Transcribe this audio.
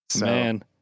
Man